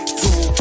two